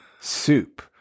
soup